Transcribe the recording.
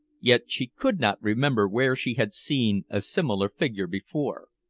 yet she could not remember where she had seen a similar figure before.